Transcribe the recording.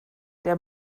der